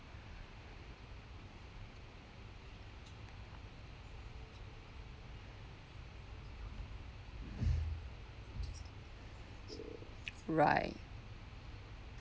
right